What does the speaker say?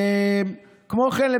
כמו כן,